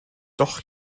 doch